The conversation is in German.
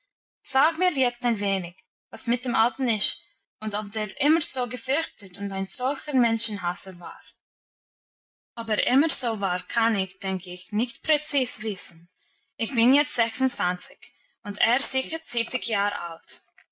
sag mir jetzt ein wenig was mit dem alten ist und ob der immer so gefürchtet und ein solcher menschenhasser war ob er immer so war kann ich denk ich nicht präzis wissen ich bin jetzt sechsundzwanzig und er sicher siebzig jahr alt